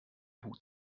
hut